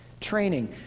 Training